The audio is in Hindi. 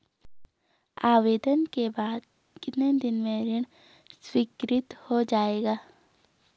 आवेदन के बाद कितने दिन में ऋण स्वीकृत हो जाएगा?